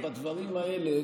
בדברים האלה,